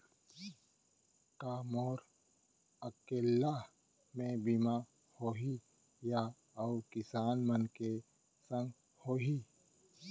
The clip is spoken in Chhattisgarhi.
का मोर अकेल्ला के बीमा होही या अऊ किसान मन के संग होही?